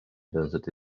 density